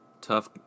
tough